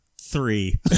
three